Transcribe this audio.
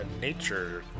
nature